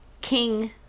King